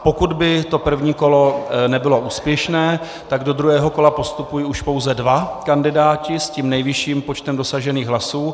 Pokud by první kolo nebylo úspěšné, tak do druhého kola postupují pouze dva kandidáti s nejvyšším počtem dosažených hlasů.